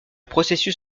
processus